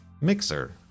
Mixer